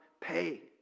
pay